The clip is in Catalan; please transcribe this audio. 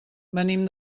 venim